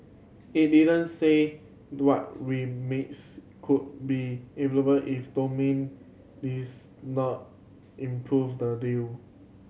it didn't say what could be available if this not improve the deal